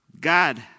God